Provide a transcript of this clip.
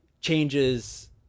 changes